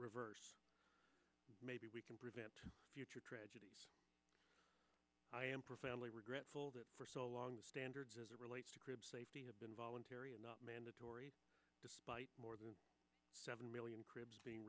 reverse maybe we can prevent future tragedies i am profoundly regretful that for so long the standards as it relates to crib safety have been voluntary and not mandatory despite more than seven million cribs being